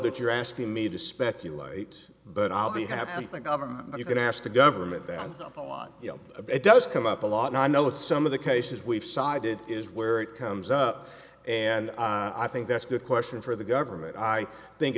that you're asking me to speculate but i'll be happy if the government you can ask the government downs up a lot of it does come up a lot and i know that some of the cases we've cited is where it comes up and i think that's a good question for the government i think